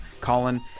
colin